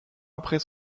après